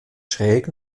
schräg